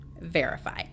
verify